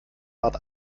bat